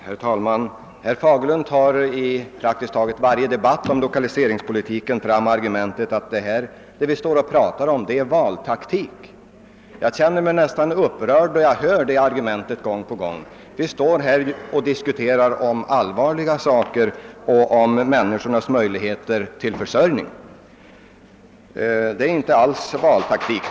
Herr talman! Herr Fagerlund för i praktiskt taget varje debatt om lokaliseringspolitiken fram argumentet att våra förslag skulle vara grundade på valtaktik. Jag känner mig en aning upprörd när jag gång på gång får höra detta argument. Vi diskuterar nu allvarliga frågor som gäller människornas möjligheter till försörjning. Det är inte alls fråga om valtaktik.